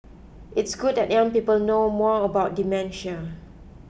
it's good that young people know more about dementia